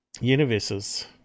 universes